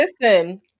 listen